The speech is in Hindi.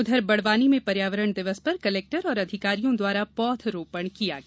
उधर बड़वानी में पर्यावरण दिवस पर कलेक्टर एवं अधिकारियों द्वारा पौध रोपण किया गया